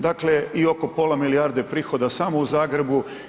Dakle, i oko pola milijarde prihoda samo u Zagrebu.